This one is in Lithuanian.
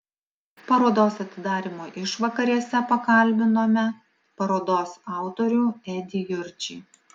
parodos atidarymo išvakarėse pakalbinome parodos autorių edį jurčį